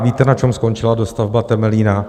A víte, na čem skončila dostavba Temelína?